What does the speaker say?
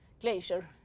glacier